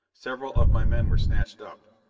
several of my men were snatched up.